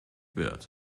wird